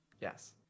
Yes